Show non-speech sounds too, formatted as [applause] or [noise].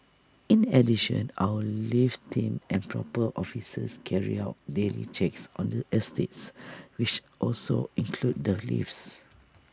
in addition our lift team and proper officers carry out daily checks on the estates which also include the lifts [noise]